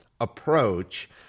approach